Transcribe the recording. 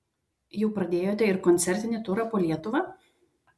jau pradėjote ir koncertinį turą po lietuvą